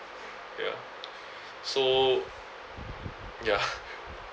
ya so ya